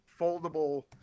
foldable